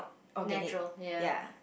natural ya